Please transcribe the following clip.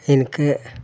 എനിക്ക്